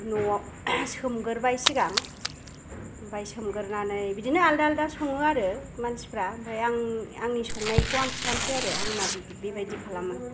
न'आव सोमगोरबाय सिगां ओमफाय सोमगोरनानै बिदिनो आलदा आलदा सङो आरो मानसिफ्रा आमफाय आं आंनि संनायखौ खिथानसै आरो आंना बेबायदि खालामो